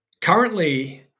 currently